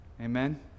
Amen